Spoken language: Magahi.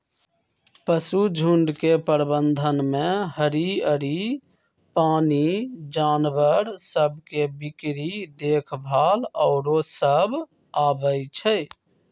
पशुझुण्ड के प्रबंधन में हरियरी, पानी, जानवर सभ के बीक्री देखभाल आउरो सभ अबइ छै